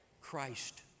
Christ